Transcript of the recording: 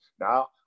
Now